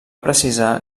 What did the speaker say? precisar